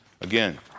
Again